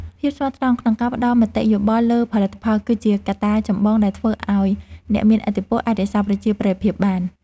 ភាពស្មោះត្រង់ក្នុងការផ្ដល់មតិយោបល់លើផលិតផល គឺជាកត្តាចម្បងដែលធ្វើឱ្យអ្នកមានឥទ្ធិពលអាចរក្សាប្រជាប្រិយភាពបាន។